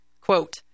Quote